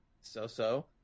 so-so